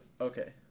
Okay